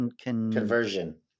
Conversion